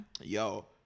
Yo